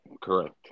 correct